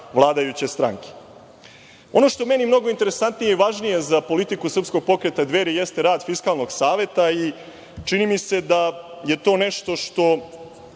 vladajuće stranke. Ono što je meni mnogo interesantnije i važnije za politiku Srpskog pokreta Dveri jeste rad Fiskalnog saveta. Čini mi se da je to nešto što